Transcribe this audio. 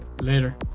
Later